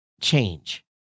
change